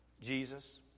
Jesus